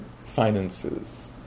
finances